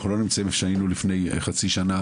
אנחנו לא נמצאים איפה שהיינו לפני חצי שנה,